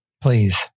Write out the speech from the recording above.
Please